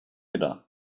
idag